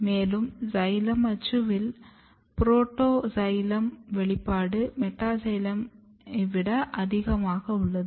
மேலும் சைலம் அச்சுவில் புரோடோ சைலமின் வெளிப்பாடு மெட்டாசைலமை விட அதிகம் உள்ளது